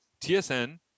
tsn